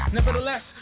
Nevertheless